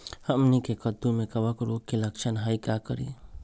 हमनी के कददु में कवक रोग के लक्षण हई का करी?